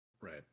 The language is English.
Right